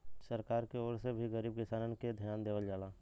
सरकार के ओर से भी गरीब किसानन के धियान देवल जाला